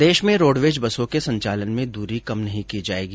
प्रदेश में रोडवेज बसों के संचालन में दूरी कम नहीं की जायेगी